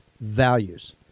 values